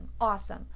awesome